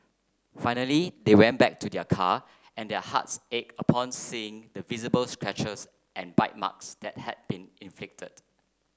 finally they went back to their car and their hearts ached upon seeing the visible scratches and bite marks that had been inflicted